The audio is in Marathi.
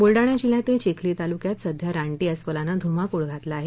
बुलडाणा जिल्ह्यातील चिखली तालुक्यात सध्या रानटी अस्वलाने धुमाकूळ घातला आहे